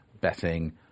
betting